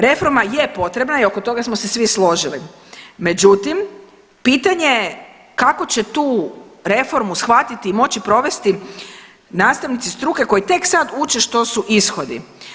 Reforma je potrebna i oko toga smo se svi složili, međutim pitanje je kako će tu reformu shvatiti i moći provesti nastavnici struke koji tek sad uče što su ishodi.